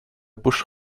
bush